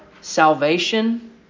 salvation